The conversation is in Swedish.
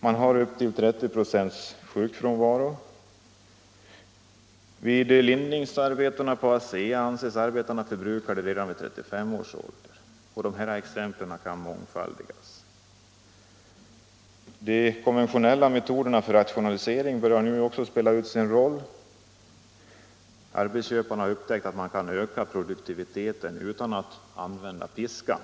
Man har upp mot 30 96 sjukfrånvaro. Vin lindningsarbetena på ASEA anses arbetarna förbrukade redan vid 35 års ålder. Exemplen kan mångfaldigas. De konventionella metoderna för rationaliseringar börjar spela ut sin roll. Arbetsköparna har upptäckt att man kan öka produktiviteten utan att använda piskan.